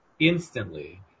Instantly